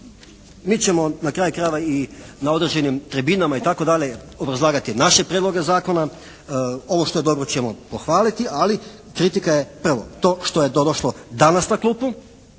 Mi ćemo na kraju krajeva na određenim tribinama obrazlagati naše prijedloge zakona. Ovo što je dobro ćemo pohvaliti, ali kritika je prvo, to što je to došlo danas na klupu.